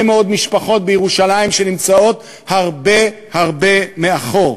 מאוד משפחות בירושלים שנמצאות הרבה הרבה מאחור.